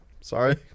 Sorry